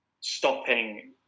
stopping